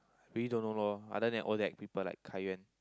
really don't know lor other than Odac people like Kai-Yuan